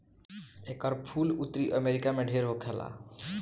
एकर फूल उत्तरी अमेरिका में ढेर होखेला